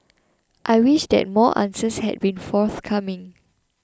I wish that more answers had been forthcoming